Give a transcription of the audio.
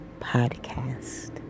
podcast